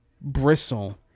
bristle